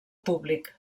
públic